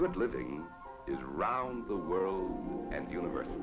good living is around the world and univers